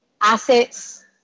assets